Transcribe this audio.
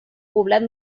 poblat